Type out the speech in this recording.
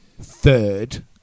third